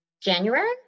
January